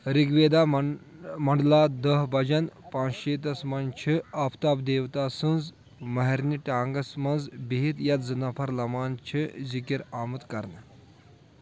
رِگ ویدا من منڈلا دَہ بَجن پانٛژھ شیٖتَس منٛز چھِ آفتاب دیوتا سٕنٛز مہرنہِ ٹانٛگَس منٛز بِہِتھ یَتھ زٕ نَفر لَمان چھِ ذکر آمُت کرنہٕ